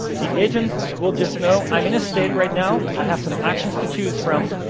the agent will just know, i'm in a state right now. i have some actions to choose from.